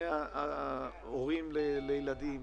אם אלה הורים לילדים,